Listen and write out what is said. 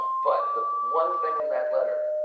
but the one thing in that letter,